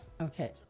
Okay